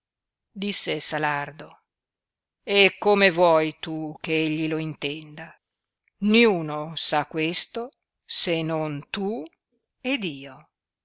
disse salardo e come vuoi tu che egli lo intenda niuno sa questo se non tu ed io